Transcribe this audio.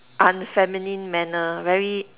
unfeminine manner very